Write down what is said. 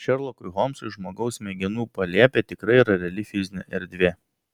šerlokui holmsui žmogaus smegenų palėpė tikrai yra reali fizinė erdvė